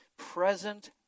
present